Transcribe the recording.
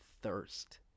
thirst